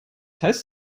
heißt